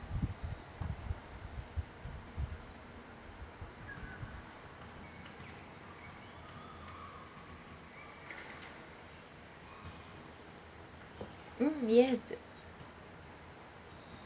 mm yes